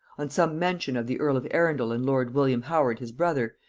on some mention of the earl of arundel and lord william howard his brother,